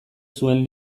zuen